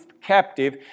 captive